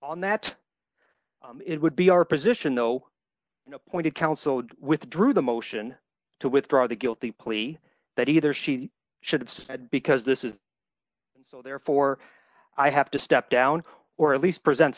on that it would be our position though an appointed counsel withdrew the motion to withdraw the guilty plea that either she should have said because this is so therefore i have to step down or at least present